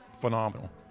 phenomenal